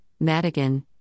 Madigan